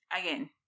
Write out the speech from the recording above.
again